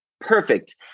perfect